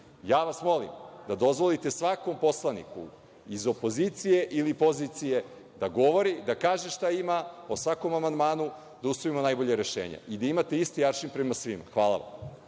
vas da dozvolite svakom poslaniku iz opozicije ili pozicije da govori, da kaže šta ima o svakom amandmanu i da usvojimo najbolje rešenje, kao i da imate isti aršin prema svima. Hvala.